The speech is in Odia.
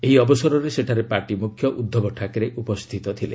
ଏହି ଅବସରରେ ସେଠାରେ ପାର୍ଟି ମୁଖ୍ୟ ଉଦ୍ଧବ ଠାକରେ ଉପସ୍ଥିତ ଥିଲେ